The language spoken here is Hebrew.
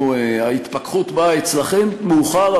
ההתפכחות באה אצלכם מאוחר,